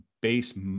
base